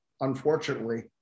unfortunately